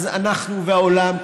ואנחנו והעולם,